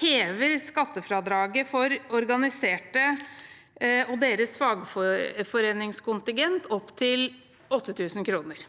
hever skattefradraget for organiserte og deres fagforeningskontingent opp til 8 000 kr.